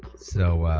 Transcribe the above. so